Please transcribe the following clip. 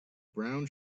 brown